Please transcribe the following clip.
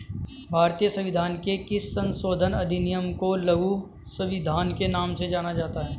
भारतीय संविधान के किस संशोधन अधिनियम को लघु संविधान के नाम से जाना जाता है?